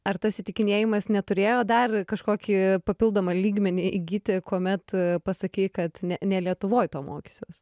ar tas įtikinėjimas neturėjo dar kažkokį papildomą lygmenį įgyti kuomet pasakei kad ne lietuvoj to mokysiuos